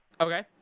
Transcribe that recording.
Okay